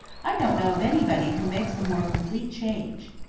i don't know of anybody who makes a more complete change.